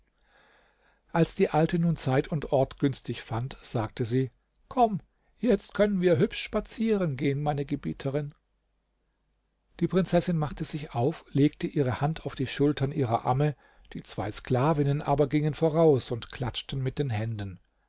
als die alte nun zeit und ort günstig fand sagte sie komm jetzt können wir hübsch spazieren gehen meine gebieterin die prinzessin machte sich auf legte ihre hand auf die schultern ihrer amme die zwei sklavinnen aber gingen voraus und klatschten mit den händen